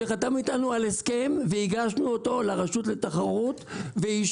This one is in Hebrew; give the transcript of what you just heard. הגשנו את ההסכם החתום לרשות לתחרות והם